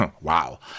Wow